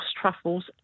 truffles